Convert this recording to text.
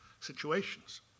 situations